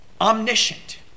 omniscient